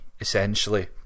essentially